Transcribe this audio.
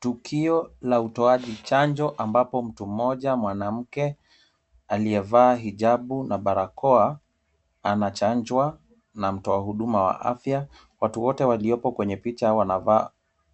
Tukio la utoaji chanjo ambapo mtu mmoja mwanamke aliyevaa hijabu na barakoa anachanjwa na mtoa huduma wa afya. Watu wote waliopo kwenye picha wanavaa